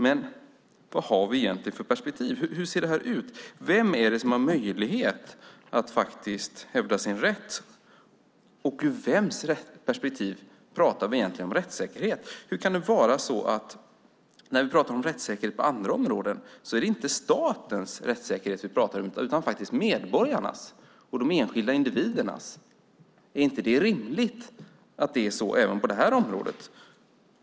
Men vad har vi egentligen för perspektiv? Hur ser detta ut? Vem är det som har möjlighet att faktiskt hävda sin rätt, och ur vems perspektiv pratar vi egentligen om rättssäkerhet? Hur kan det vara så att det när vi pratar om rättssäkerhet på andra områden inte är statens rättssäkerhet vi pratar om utan faktiskt medborgarnas och de enskilda individernas? Är det inte rimligt att det är så även på detta område?